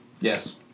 Yes